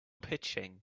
pitching